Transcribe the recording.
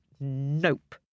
Nope